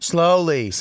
Slowly